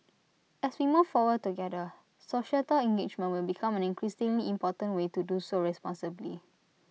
as we move forward together societal engagement will become an increasingly important way to do so responsibly